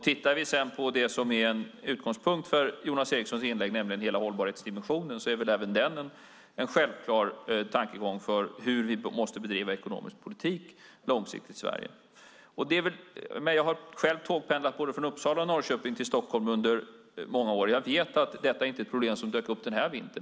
Även det som är en utgångspunkt för Jonas Erikssons inlägg, nämligen hela hållbarhetsdimensionen, är väl en självklar tankegång kring hur vi långsiktigt måste bedriva ekonomisk politik i Sverige. Själv har jag i många år tågpendlat från både Uppsala och Norrköping till Stockholm. Jag vet att problemet inte är ett problem som dykt upp den senaste vintern.